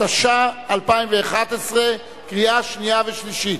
התשע"א 2011, קריאה שנייה וקריאה שלישית.